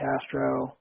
Castro